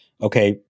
okay